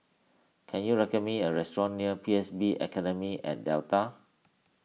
can you recommend me a restaurant near P S B Academy at Delta